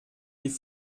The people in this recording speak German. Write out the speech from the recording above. die